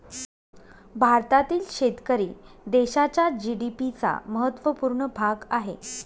भारतातील शेतकरी देशाच्या जी.डी.पी चा महत्वपूर्ण भाग आहे